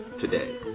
today